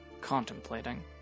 contemplating